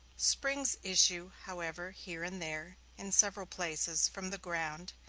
springs issue, however, here and there, in several places, from the ground,